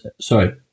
sorry